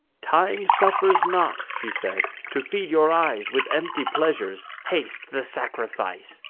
time suffers not, she said, to feed your eyes with empty pleasures haste the sacrifice.